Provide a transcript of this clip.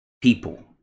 people